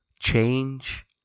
change